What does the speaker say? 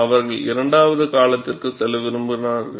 அவர்களும் இரண்டாவது காலத்திற்கு செல்ல விரும்புகிறார்கள்